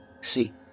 See